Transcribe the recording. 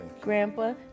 Grandpa